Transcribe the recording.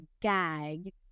gag